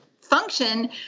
function